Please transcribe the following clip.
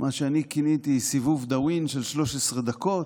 מה שאני כיניתי סיבוב דאווין של 13 דקות.